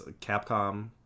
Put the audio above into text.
Capcom